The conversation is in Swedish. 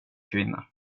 kvinna